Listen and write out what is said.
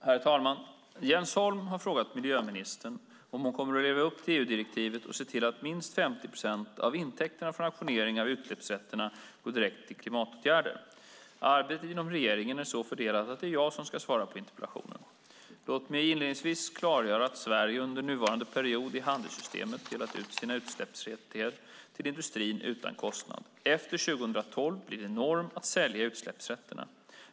Herr talman! Jens Holm har frågat miljöministern om hon kommer att leva upp till EU-direktivet och se till att minst 50 procent av intäkterna från auktioneringen av utsläppsrätterna går direkt till klimatåtgärder. Arbetet inom regeringen är så fördelat att det är jag som ska svara på interpellationen. Låt mig inledningsvis klargöra att Sverige under nuvarande period i handelssystemet delat ut sina utsläppsrätter till industrin utan kostnad. Efter 2012 blir det norm att sälja utsläppsrätterna.